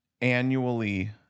annually